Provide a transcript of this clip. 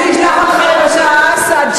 אני אשלח אותך לבשאר אסד,